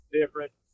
different